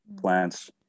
plants